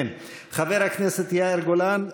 חבר הכנסת יאיר גולן,